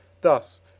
Thus